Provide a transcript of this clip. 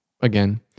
again